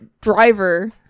driver